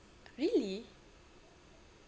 really